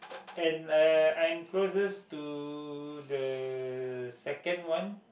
and uh I am closest to the second one